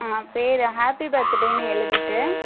ஆ பேர் ஹாப்பி பர்த்டேன்னு எழுதிவிட்டு